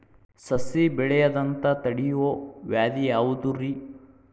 ಸಸಿ ಬೆಳೆಯದಂತ ತಡಿಯೋ ವ್ಯಾಧಿ ಯಾವುದು ರಿ?